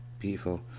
beautiful